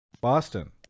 Boston